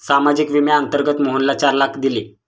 सामाजिक विम्याअंतर्गत मोहनला चार लाख दिले